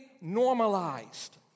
normalized